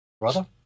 Brother